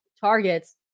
targets